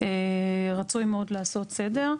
רצוי מאוד לעשות סדר.